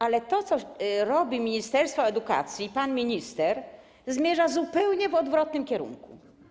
Ale to, co robi ministerstwo edukacji i pan minister, zmierza w zupełnie odwrotnym kierunku.